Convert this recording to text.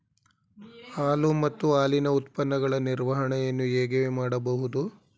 ಹಾಲು ಮತ್ತು ಹಾಲಿನ ಉತ್ಪನ್ನಗಳ ನಿರ್ವಹಣೆಯನ್ನು ಹೇಗೆ ಮಾಡಬಹುದು?